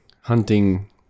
hunting